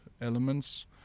elements